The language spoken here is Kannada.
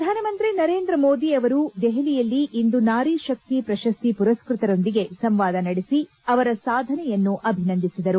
ಶ್ರಧಾನಮಂತ್ರಿ ನರೇಂದ್ರ ಮೋದಿ ಅವರು ದೆಹಲಿಯಲ್ಲಿಂದು ನಾರಿಶಕ್ತಿ ಪ್ರಶಸ್ತಿ ಪುರಸ್ತತರೊಂದಿಗೆ ಸಂವಾದ ನಡೆಸಿ ಅವರ ಸಾಧನೆಯನ್ನು ಅಭಿನಂದಿಸಿದರು